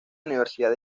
universidad